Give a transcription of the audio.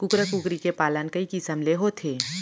कुकरा कुकरी के पालन कई किसम ले होथे